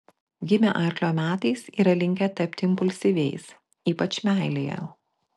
gimę arklio metais yra linkę tapti impulsyviais ypač meilėje